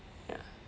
ya